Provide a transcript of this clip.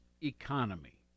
economy